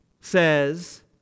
says